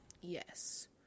Yes